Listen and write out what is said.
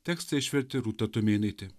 tekstą išvertė rūta tumėnaitė